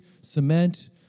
cement